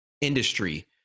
industry